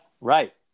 right